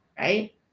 Right